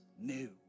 new